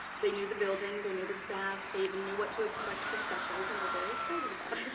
they knew the building, they knew the staff, they even knew what to expect for specials and were very excited about it.